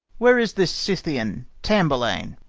where is this scythian tamburlaine?